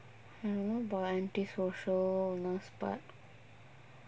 I don't know about anti socialness but